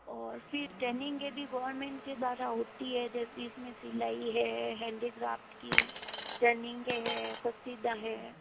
और फिर ट्रेनिंग यदि गोवरमेंट के द्वारा होती है जैसे इस में सिलाई है हैंडीक्राफ्ट की ट्रेनिंगें है कसीदा है